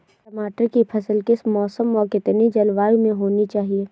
टमाटर की फसल किस मौसम व कितनी जलवायु में होनी चाहिए?